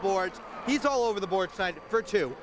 boards he's all over the board side for two